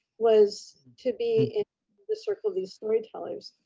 was to be in the circle of these storytellers.